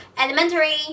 Elementary